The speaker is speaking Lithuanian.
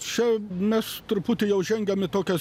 čia mes truputį jau žengiame į tokias